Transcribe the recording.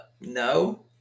no